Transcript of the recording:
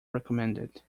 recommended